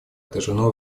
отражено